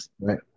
right